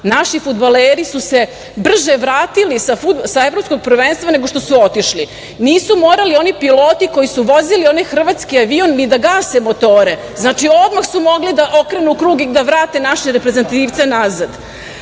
naši fudbaleri su se brže vratili sa Evropskog prvenstva nego što su otišli. Nisu morali oni piloti koji su vozili onaj hrvatski avion ni da gase motore. Znači, odmah su mogli da okrenu krug i da vrate naše reprezentativce nazad. Ovde